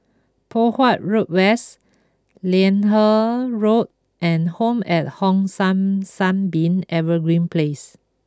Poh Huat Road West Liane Road and Home at Hong San Sunbeam Evergreen Place